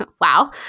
wow